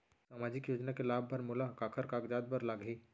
सामाजिक योजना के लाभ बर मोला काखर कागजात बर लागही?